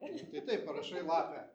tai taip parašai lapę